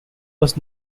was